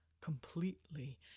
completely